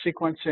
sequencing